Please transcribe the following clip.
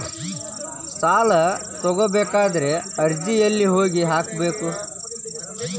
ಸಾಲ ತಗೋಬೇಕಾದ್ರೆ ಅರ್ಜಿ ಎಲ್ಲಿ ಹೋಗಿ ಹಾಕಬೇಕು?